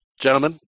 Gentlemen